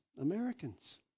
Americans